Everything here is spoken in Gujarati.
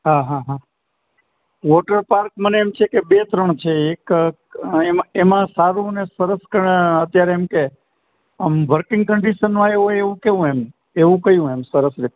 હા હા હા વોટરપાર્ક મને એમ છે કે બે ત્રણ છે એક એમાં એમાં સારું અને સરસ અત્યારે એમ કે આમ વર્કિંગ કન્ડિશનમાં હોય એવું એવું કયું એવું કયું એમ સરસ રે